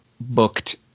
booked